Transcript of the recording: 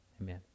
Amen